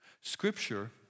Scripture